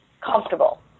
comfortable